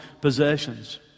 possessions